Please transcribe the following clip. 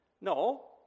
no